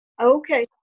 Okay